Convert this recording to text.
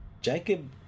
Jacob